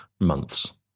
months